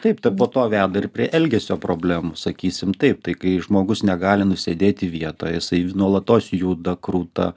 taip ta po to veda ir prie elgesio problemų sakysim taip tai kai žmogus negali nusėdėti vietoje jisai nuolatos juda kruta